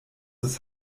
das